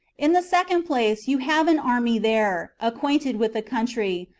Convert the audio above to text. in the second place, you have an army there, acquainted with the country,